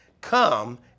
come